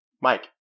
Mike